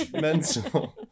Mental